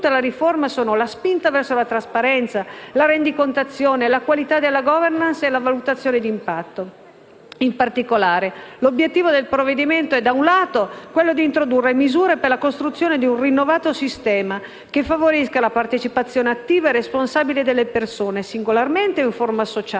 la riforma sono la spinta verso la trasparenza, la rendicontazione, la qualità della *governance* e la valutazione d'impatto. Più in particolare, l'obiettivo del provvedimento è, da un lato, quello di introdurre misure per la costruzione di un rinnovato sistema che favorisca la partecipazione attiva e responsabile delle persone, singolarmente o in forma associata.